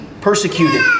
persecuted